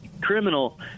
criminal